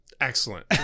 Excellent